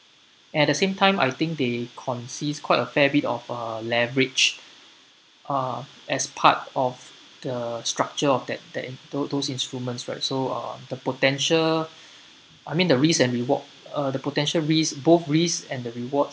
at the same time I think they conceive quite a fair bit of uh leverage uh as part of the structure of that th~ those instruments right so uh the potential I mean the risk and reward uh the potential risk both risk and the rewards